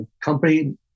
company